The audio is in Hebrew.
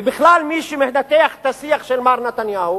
ובכלל, מי שמנתח את השיח של מר נתניהו